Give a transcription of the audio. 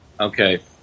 Okay